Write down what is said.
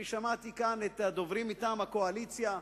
שמעתי כאן את הדוברים מטעם הקואליציה,